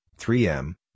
3M